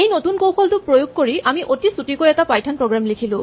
এই নতুন কৌশলটো প্ৰয়োগ কৰি আমি অতি চুটিকৈ এটা পাইথন প্ৰগ্ৰেম লিখিলো